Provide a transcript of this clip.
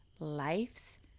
life's